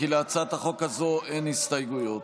כי להצעת החוק הזאת אין הסתייגויות.